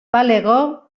balego